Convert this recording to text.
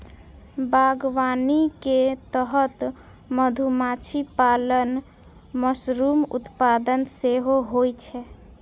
बागवानी के तहत मधुमाछी पालन, मशरूम उत्पादन सेहो होइ छै